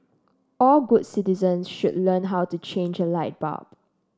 all good citizens should learn how to change a light bulb